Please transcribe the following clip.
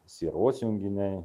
sieros junginiai